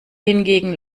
hingegen